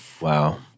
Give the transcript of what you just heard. Wow